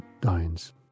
dines